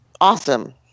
Awesome